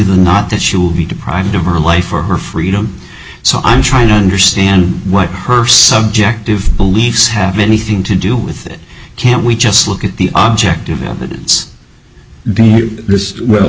than not that she will be deprived of her life or her freedom so i'm trying to understand what her subject of beliefs have anything to do with it can't we just look at the object of evidence